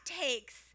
takes